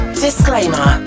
Disclaimer